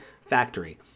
factory